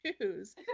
choose